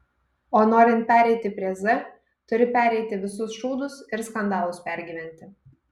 o norint pereiti prie z turi pereiti visus šūdus ir skandalus pergyventi